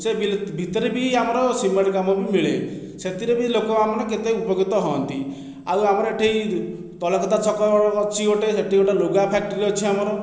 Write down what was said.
ସେ ବିଲ ଭିତରେ ବି ଆମର ସିମେଣ୍ଟ୍ କାମ ବି ମିଳେ ସେଥିରେ ବି ଲୋକ ଆମର କେତେ ଉପକୃତ ହୁଅନ୍ତି ଆଉ ଆମର ଏଠି ତଳଖାତା ଛକ ଅଛି ଗୋଟେ ସେ'ଠି ଗୋଟେ ଲୁଗା ଫ୍ଯାକ୍ଟରି ଅଛି ଆମର